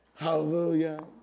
Hallelujah